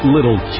Little